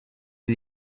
les